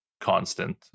constant